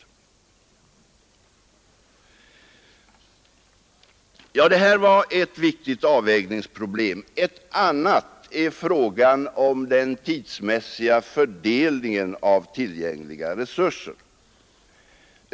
Herr talman! Det här är ett viktigt avvägningsproblem. Ett annat är frågan om den tidsmässiga fördelningen av tillgängliga resurser.